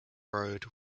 road